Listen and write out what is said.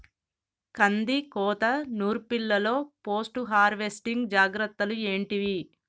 కందికోత నుర్పిల్లలో post harvesting జాగ్రత్తలు ఏంటివి?